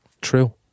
True